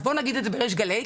אז בואו נגיד את זה בריש גלי,